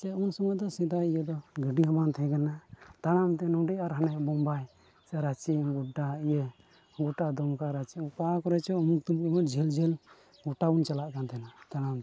ᱪᱮ ᱩᱱ ᱥᱚᱢᱚᱭ ᱫᱚ ᱥᱮᱫᱟᱭ ᱤᱭᱟᱹ ᱫᱚ ᱜᱟᱹᱰᱤ ᱦᱚᱸ ᱵᱟᱝ ᱛᱟᱦᱮᱸ ᱠᱟᱱᱟ ᱛᱟᱲᱟᱢᱛᱮ ᱱᱚᱰᱮ ᱟᱨ ᱦᱟᱸᱰᱮ ᱵᱳᱢᱵᱟᱭ ᱥᱮ ᱨᱟᱺᱪᱤ ᱜᱳᱰᱰᱟ ᱤᱭᱟᱹ ᱜᱚᱴᱟ ᱫᱩᱢᱠᱟ ᱨᱟᱺᱪᱤ ᱚᱠᱟ ᱠᱚᱨᱮᱜ ᱪᱚᱝ ᱩᱢᱩᱠ ᱛᱩᱢᱩᱠ ᱡᱷᱟᱹᱞ ᱡᱷᱟᱹᱞ ᱜᱚᱴᱟ ᱵᱚᱱ ᱪᱟᱞᱟᱜ ᱠᱟᱱ ᱛᱟᱦᱮᱱᱟ ᱛᱟᱲᱟᱢᱛᱮ